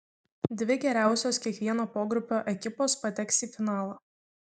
dvi geriausios kiekvieno pogrupio ekipos pateks į finalą